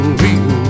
real